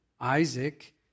Isaac